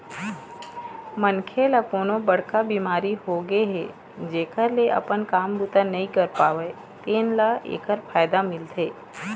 मनखे ल कोनो बड़का बिमारी होगे हे जेखर ले अपन काम बूता नइ कर पावय तेन ल एखर फायदा मिलथे